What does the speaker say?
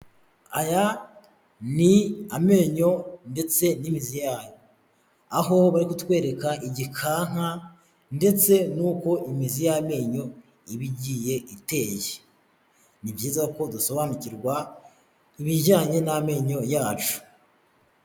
Aya ni amenyo ndetse n'imizi yayo, aho bari kutwereka igikanka ndetse nuko imizi y'amenyo iba igiye iteye, ni byiza ko dusobanukirwa, ibijyanye n'amenyo yacu.